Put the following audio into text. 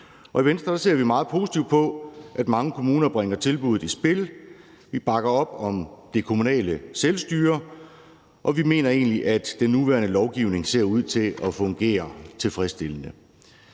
I Venstre ser vi meget positivt på, at mange kommuner bringer tilbuddet i spil. Vi bakker op om det kommunale selvstyre, og vi mener egentlig, at den nuværende lovgivning ser ud til at fungere tilfredsstillende.